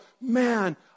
Man